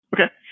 Okay